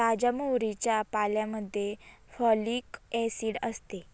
ताज्या मोहरीच्या पाल्यामध्ये फॉलिक ऍसिड असते